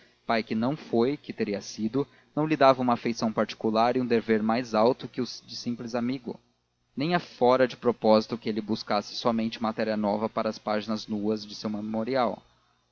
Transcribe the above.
pai que não foi que teria sido não lhe dava uma afeição particular e um dever mais alto que o de simples amigo nem é fora de propósito que ele buscasse somente matéria nova para as páginas nuas de seu memorial